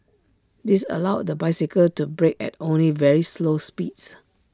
this allowed the bicycle to brake at only very slow speeds